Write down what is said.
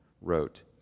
wrote